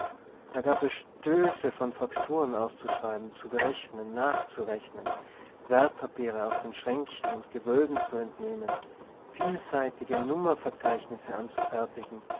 da gab es stöße von fakturen auszuschreiben zu berechnen nachzurechnen wertpapiere aus den schränken und gewölben zu entnehmen vielseitige nummerverzeichnisse anzufertigen